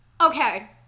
Okay